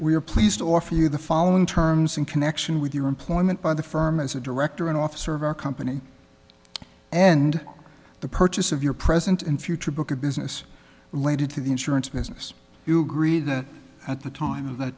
we are pleased to offer you the following terms in connection with your employment by the firm as a director and officer of our company and the purchase of your present and future book of business related to the insurance business you agree that at the time of the